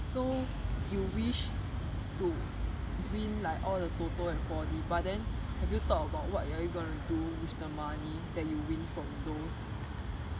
so you wish to win like all the TOTO and four D but then have you thought about what you are gonna do with the money that you win from those